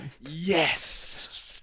yes